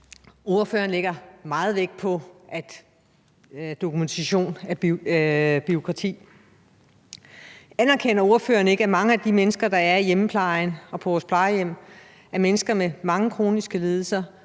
Ordføreren lægger meget vægt på, at dokumentation er bureaukrati. Anerkender ordføreren ikke, at mange af de mennesker, der er i hjemmeplejen og på vores plejehjem, er mennesker med mange kroniske lidelser,